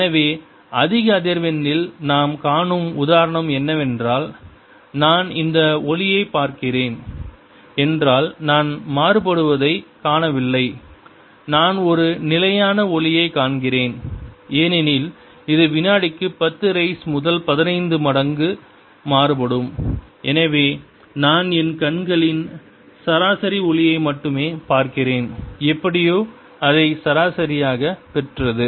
எனவே அதிக அதிர்வெண்ணில் நாம் காணும் உதாரணம் என்னவென்றால் நான் இந்த ஒளியைப் பார்க்கிறேன் என்றால் நான் மாறுபடுவதைக் காணவில்லை நான் ஒரு நிலையான ஒளியைக் காண்கிறேன் ஏனெனில் இது வினாடிக்கு பத்து ரீஸ் முதல் பதினைந்து மடங்கு மாறுபடும் எனவே நான் என் கண்களின் சராசரி ஒளியை மட்டுமே பார்க்கிறேன் எப்படியோ அதை சராசரியாக பெற்றது